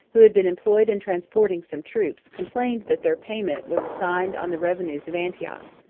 who had been employed in transporting some troops, complained, that their payment was assigned on the revenues of antioch.